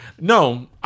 No